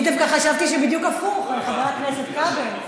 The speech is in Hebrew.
אני דווקא חשבתי שבדיוק הפוך, חבר הכנסת כבל.